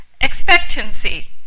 Expectancy